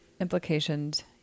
implications